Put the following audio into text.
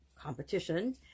competition